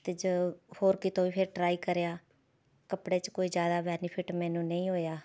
ਅਤੇ ਜੋ ਹੋਰ ਕਿਤੋਂ ਫਿਰ ਟ੍ਰਾਈ ਕਰਿਆ ਕੱਪੜੇ 'ਚ ਕੋਈ ਜ਼ਿਆਦਾ ਬੈਨੀਫਿਟ ਮੈਨੂੰ ਨਹੀਂ ਹੋਇਆ